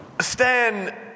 Stan